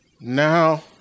Now